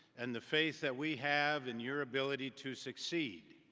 and the faith that we have in your ability to succeed.